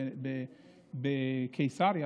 בקיסריה,